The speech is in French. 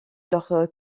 leurs